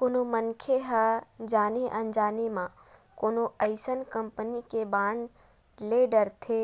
कोनो मनखे ह जाने अनजाने म कोनो अइसन कंपनी के बांड ले डरथे